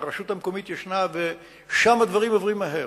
הרשות המקומית ישנה ושם הדברים עוברים מהר.